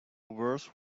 worse